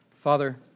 Father